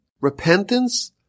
Repentance